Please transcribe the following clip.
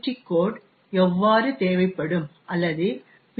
D code எவ்வாறு தேவைப்படும் அல்லது பி